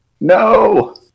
No